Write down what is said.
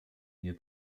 nie